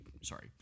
sorry